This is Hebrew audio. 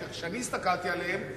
כשאני הסתכלתי עליהן,